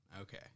Okay